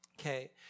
Okay